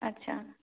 ᱟᱪᱪᱷᱟ